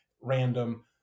random